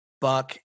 Buck